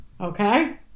okay